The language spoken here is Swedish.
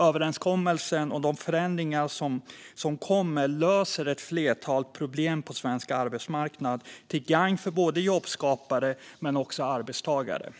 Överenskommelsen och de förändringar som kommer löser ett flertal problem på svensk arbetsmarknad, till gagn för jobbskapare men också för arbetstagare.